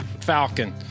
falcon